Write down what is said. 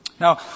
Now